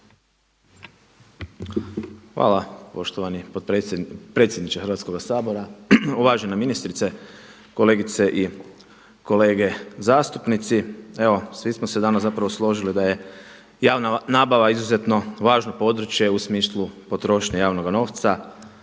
Hvala poštovani predsjedniče Hrvatskoga sabora, uvažena ministrice, kolegice i kolege zastupnici. Evo svi smo se danas zapravo složili da je javna nabava izuzetno važno područje u smislu potrošnje javnoga novca